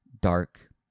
dark